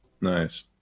Nice